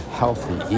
healthy